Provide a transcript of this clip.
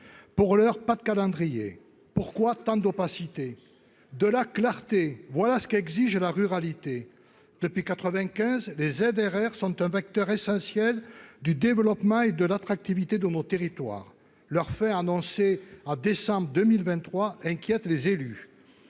pour l'heure, pas de calendrier, pourquoi tant d'opacité de la clarté, voilà ce qu'exige la ruralité depuis 95 les ZRR sont un facteur essentiel du développement et de l'attractivité de nos territoires, leur fait en décembre 2023 inquiète les élus